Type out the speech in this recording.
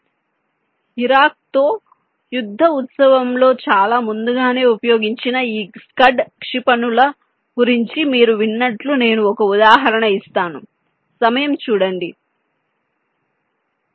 So ఇరాక్తో యుద్ధ ఉత్సవంలో చాలా ముందుగానే ఉపయోగించిన ఈ స్కడ్ క్షిపణుల గురించి మీరు విన్నట్లు నేను ఒక ఉదాహరణ ఇస్తాను సమయం చూడండి 1647